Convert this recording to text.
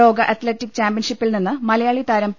ലോക അത്ലറ്റിക് ചാമ്പ്യൻഷിപ്പിൽനിന്ന് മലയാളിതാരം പി